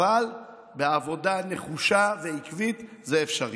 אבל בעבודה נחושה ועקבית זה אפשרי.